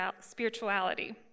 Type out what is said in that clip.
spirituality